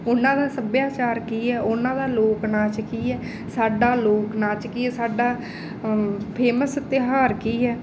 ਉਹਨਾਂ ਦਾ ਸੱਭਿਆਚਾਰ ਕੀ ਹੈ ਉਹਨਾਂ ਦਾ ਲੋਕ ਨਾਚ ਕੀ ਹੈ ਸਾਡਾ ਲੋਕ ਨਾਚ ਕੀ ਹੈ ਸਾਡਾ ਫੇਮਸ ਤਿਉਹਾਰ ਕੀ ਹੈ